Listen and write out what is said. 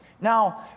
Now